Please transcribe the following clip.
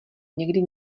někdy